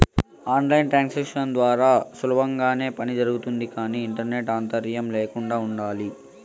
on line transactions ద్వారా సులభంగానే పని జరుగుతుంది కానీ ఇంటర్నెట్ అంతరాయం ల్యాకుండా ఉండాలి